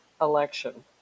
election